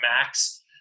max